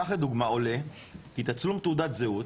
כך לדוגמה עולה כי תצלום תעודת זהות,